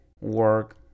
work